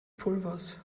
pulvers